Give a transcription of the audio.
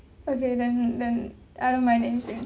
okay then then I don't mind anything